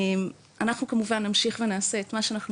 אנחנו כמובן נמשיך ונעשה את מה שאנחנו